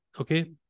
okay